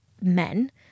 men